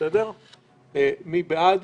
מי בעד?